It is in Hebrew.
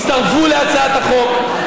הצטרפו להצעת החוק,